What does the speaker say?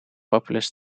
populous